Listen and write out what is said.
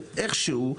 איכשהו,